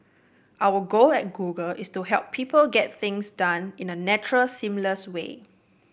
our goal at Google is to help people get things done in a natural seamless way